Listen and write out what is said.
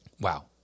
Wow